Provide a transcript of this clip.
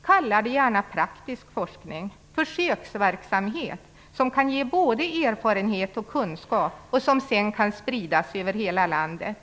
Kalla det gärna praktisk forskning och försöksverksamhet som kan ge både erfarenhet och kunskap som sedan kan spridas över hela landet.